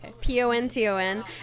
P-O-N-T-O-N